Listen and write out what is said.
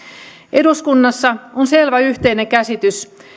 eduskunnassa on selvä yhteinen käsitys